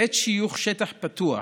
בעת שיוך שטח פתוח